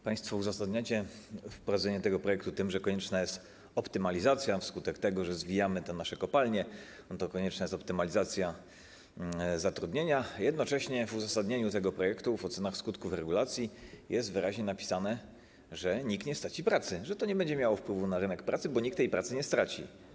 Państwo uzasadniacie wprowadzenie tego projektu tym, że wskutek tego, że zwijamy te nasze kopalnie, konieczna jest optymalizacja zatrudnienia, a jednocześnie w uzasadnieniu tego projektu, w ocenach skutków regulacji, jest wyraźnie napisane, że nikt nie straci pracy, że to nie będzie miało wpływu na rynek pracy, bo nikt tej pracy nie straci.